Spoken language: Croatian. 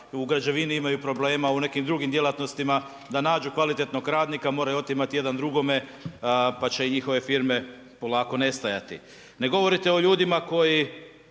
u građevini imaju problema, u nekim drugim djelatnostima da nađu kvalitetnog radnika, moraju otimati jedan drugome pa će njihove firme polako nestajati. Ne govorite o ljudima, koji